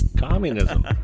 Communism